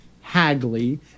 Hagley